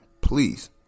Please